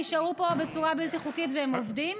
נשארו פה בצורה בלתי חוקית והם עובדים.